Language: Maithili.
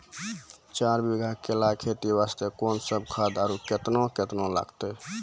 चार बीघा केला खेती वास्ते कोंन सब खाद आरु केतना केतना लगतै?